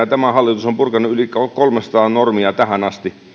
tämä hallitus on purkanut yli kolmensadan turhan byrokratian normia tähän asti